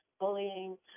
bullying